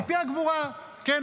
מפי הגבורה, כן.